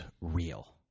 real